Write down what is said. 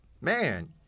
man